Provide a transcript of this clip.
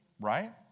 right